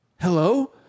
Hello